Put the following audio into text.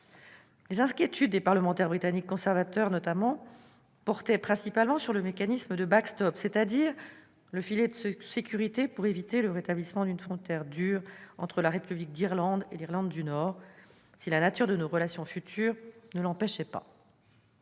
Les inquiétudes des parlementaires britanniques conservateurs, notamment, portaient principalement sur le mécanisme de, de « filet de sécurité » pour éviter le rétablissement d'une frontière dure entre la République d'Irlande et l'Irlande du Nord si la nature des relations futures ne l'empêchait pas.